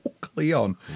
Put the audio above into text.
Cleon